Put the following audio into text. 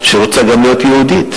שרוצה גם להיות יהודית.